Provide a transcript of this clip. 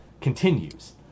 continues